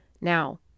Now